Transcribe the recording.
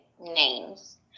names